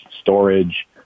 storage